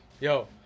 Yo